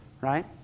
right